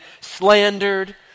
slandered